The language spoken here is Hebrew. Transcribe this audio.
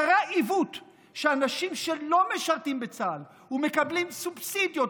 קרה עיוות שאנשים שלא משרתים בצה"ל ומקבלים סובסידיות,